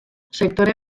sektore